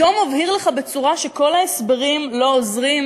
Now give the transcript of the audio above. פתאום מבהיר לך בצורה שכל ההסברים לא עושים,